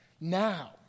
now